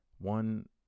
One